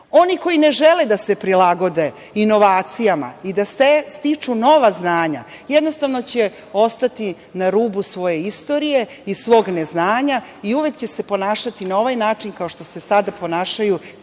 Oni koji ne žele da se prilagode inovacijama i da stiču nova znanja, jednostavno će ostati na rubu svoje istorije i svog neznanja, i uvek će se ponašati na ovaj način kao što se sada ponašaju